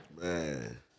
Man